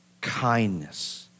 kindness